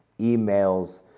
emails